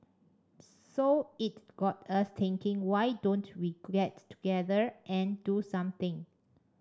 so it got us thinking why don't we get together and do something